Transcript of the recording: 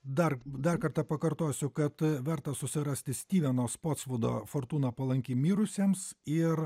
dar dar kartą pakartosiu kad verta susirasti styveno spostvudo fortūna palanki mirusiems ir